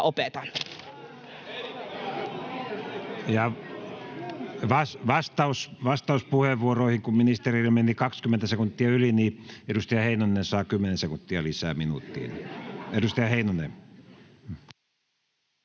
vastauspuheenvuoroihin. — Kun ministerillä meni 20 sekuntia yli, niin edustaja Heinonen saa 10 sekuntia lisää minuuttiin.